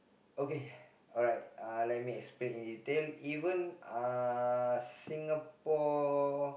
okay alright uh let me explain in detail even uh Singapore